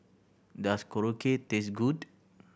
does Korokke taste good